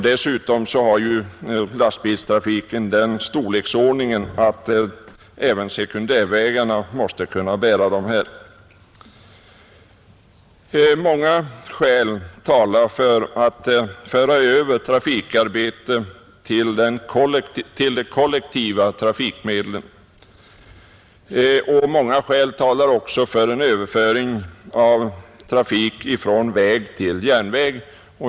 Dessutom har lastbilstrafiken den storleksordningen att även sekundärvägarna måste kunna bära denna trafik. Många skäl talar för att man skall föra över trafik till de kollektiva trafikmedlen. Många skäl talar också för en överföring av trafik från väg till järnväg.